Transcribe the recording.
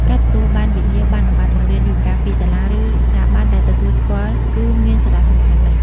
ការទទួលបាន វិញ្ញាបនបត្របង្រៀនយូហ្គា ពីសាលា ឬស្ថាប័នដែលទទួលស្គាល់គឺមានសារៈសំខាន់ណាស់។